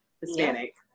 Hispanic